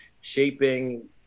shaping